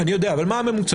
אני יודע אבל מה הממוצע?